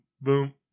boom